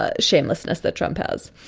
ah shamelessness that trump has